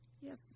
Yes